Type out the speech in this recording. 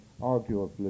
arguably